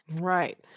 Right